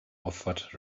offered